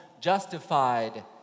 justified